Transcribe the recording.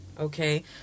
okay